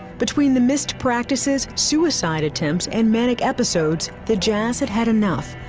between the missed practices, suicide attempts and manic episodes, the jazz had had enough.